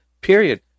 period